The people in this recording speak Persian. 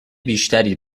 بیشتری